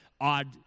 odd